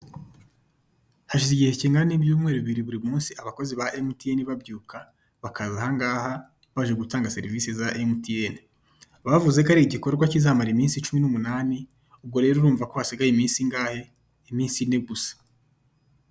Hashize igihe kingana n'ibyumweru bibiri buri munsi abakozi ba emutiyeni babyuka bakaza ahangaha baje gutanga serivise za emutiyeni, bavuze ko ari igikorwa kizamara iminsi cumi n'umunani, ubwo rero urumva ko hasigaye iminsi ingahe? iminsi ine gusa.